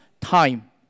time